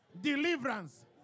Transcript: deliverance